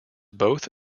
both